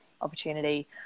opportunity